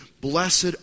Blessed